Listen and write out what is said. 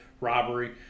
Robbery